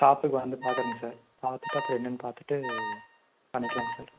ஷாப்புக்கு வந்து பாக்கறேங்க சார் பார்த்துட்டு அப்புறம் என்னன்னு பார்த்துட்டு பண்ணிக்கலாங்க சார்